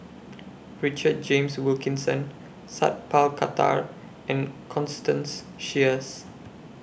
Richard James Wilkinson Sat Pal Khattar and Constance Sheares